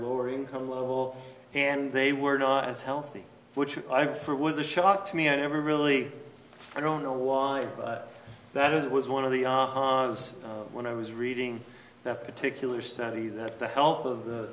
lower income level and they were not as healthy which i for was a shock to me i never really i don't know why that was one of the was when i was reading that particular study that the health of the